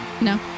No